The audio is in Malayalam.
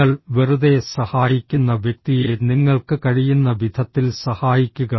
നിങ്ങൾ വെറുതെ സഹായിക്കുന്ന വ്യക്തിയെ നിങ്ങൾക്ക് കഴിയുന്ന വിധത്തിൽ സഹായിക്കുക